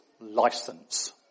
license